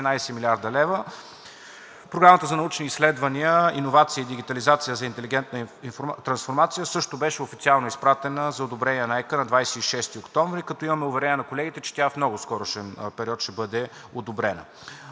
14 млрд. лв. Програмата за научни изследвания, иновации и дигитализация за интелигентна трансформация също беше официално изпратена за одобрение на Европейската комисия на 26 октомври, като имаме уверение на колегите, че тя в много скорошен период ще бъде одобрена.